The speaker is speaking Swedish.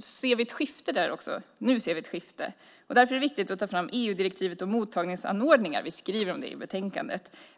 ser vi nu ett skifte. Därför är det viktigt att ta fram EU-direktivet om mottagningsanordningar. Vi skriver om det i betänkandet.